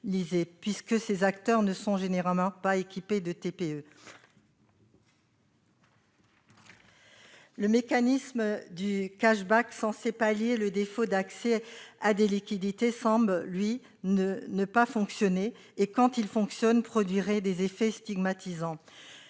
puisque ces acteurs ne sont généralement pas équipés de terminaux de paiement électronique. Le mécanisme du, censé pallier le défaut d'accès à des liquidités, semble, lui, ne pas fonctionner, et, quand il fonctionne, il produirait des effets stigmatisants.